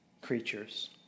creatures